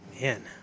Man